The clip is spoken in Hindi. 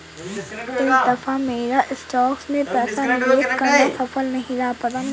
इस दफा मेरा स्टॉक्स में पैसा निवेश करना सफल नहीं रहा